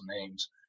names